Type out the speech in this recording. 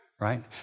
right